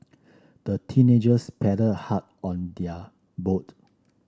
the teenagers paddled hard on their boat